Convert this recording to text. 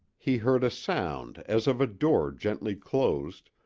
he heard a sound as of a door gently closed,